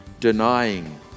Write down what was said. denying